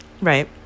Right